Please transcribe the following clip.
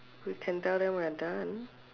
we can tell them we are done